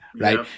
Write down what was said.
right